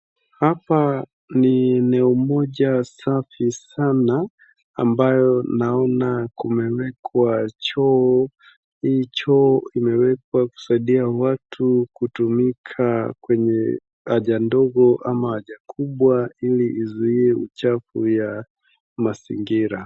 Hapa ni eneo moja safi sana ambayo naona kumewekwa choo hii choo imewekwa kusaidia watu kutumika kwenye haja ndogo ama haja kubwa ili izuie uchafu wa mazingira.